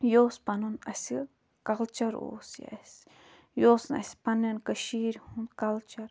یہِ اوس پَنُن اسہِ کَلچَر اوس یہِ اسہِ یہِ اوس نہٕ اسہِ پننیٚن کٔشیٖرِ ہُنٛد کَلچَر